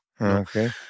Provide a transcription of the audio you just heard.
Okay